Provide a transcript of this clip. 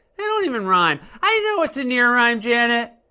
they don't even rhyme. i know it's a near-rhyme, janet.